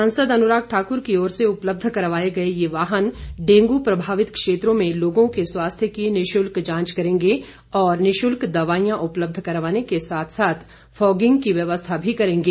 सांसद अनुराग ठाक्र की ओर से उपलब्ध करवाए गए ये वाहन डेंगू प्रभावित क्षेत्रों में लोगों के स्वास्थ्य की निःशुल्क जांच करेंगे और निःशुल्क दवाईयां उपलब्ध करवाने के साथ साथ फॉगिंग की व्यवस्था भी करेंगे